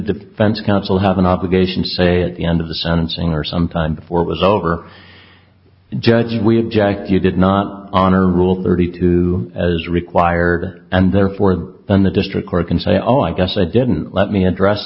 defense counsel have an obligation to say at the end of the sentencing or some time before it was over judge we object you did not honor rule thirty two as required and therefore then the district court can say oh i guess they didn't let me address